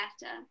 better